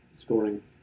scoring